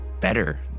better